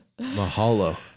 Mahalo